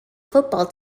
football